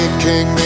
King